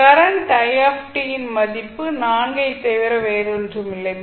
current i இன் மதிப்பு 4 ஐத் தவிர வேறொன்றுமில்லை